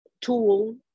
tool